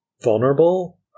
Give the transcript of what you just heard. vulnerable